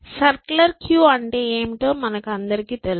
circular queue అంటే ఏమిటో మనకు తెలుసు